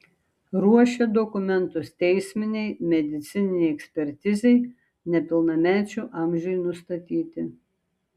ruošia dokumentus teisminei medicininei ekspertizei nepilnamečių amžiui nustatyti